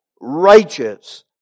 Righteous